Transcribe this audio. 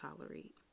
tolerate